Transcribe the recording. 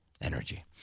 energy